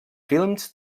films